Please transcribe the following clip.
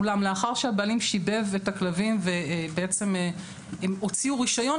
אולם לאחר שהבעלים שיבב את הכלבים ובעצם הוציאו רישיון,